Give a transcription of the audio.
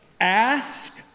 Ask